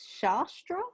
shastra